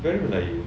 very melayu